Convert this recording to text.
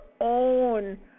own